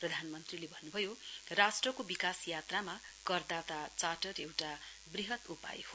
प्रधानमन्त्रीले भन्नुभयो राष्ट्रको विकास यात्रामा करदाता चार्टर एउटा वृहत उपाय हो